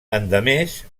endemés